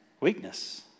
weakness